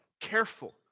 careful